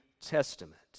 testament